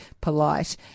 polite